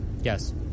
Yes